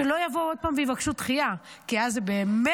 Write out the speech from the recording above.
שלא יבואו עוד פעם ויבקשו דחייה, כי אז זו באמת